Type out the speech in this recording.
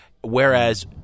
whereas